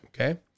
okay